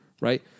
Right